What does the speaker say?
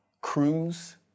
cruise